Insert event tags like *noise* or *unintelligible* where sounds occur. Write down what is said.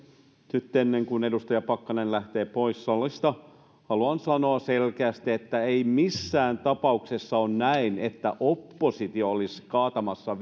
nyt ennen kuin edustaja pakkanen lähtee pois salista haluan sanoa selkeästi että ei missään tapauksessa ole näin että oppositio olisi kaatamassa *unintelligible*